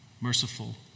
merciful